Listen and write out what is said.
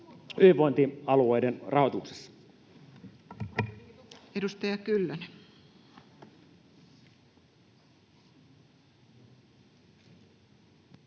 hyvinvointialueiden rahoituksessa.